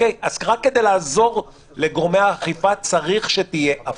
רק כדי לעזור לגורמי האכיפה, צריך שתהיה הפרדה.